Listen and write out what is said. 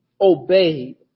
obeyed